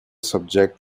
subject